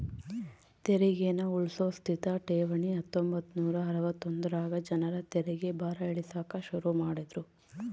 ತೆರಿಗೇನ ಉಳ್ಸೋ ಸ್ಥಿತ ಠೇವಣಿ ಹತ್ತೊಂಬತ್ ನೂರಾ ಅರವತ್ತೊಂದರಾಗ ಜನರ ತೆರಿಗೆ ಭಾರ ಇಳಿಸಾಕ ಶುರು ಮಾಡಿದ್ರು